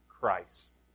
Christ